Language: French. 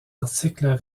articles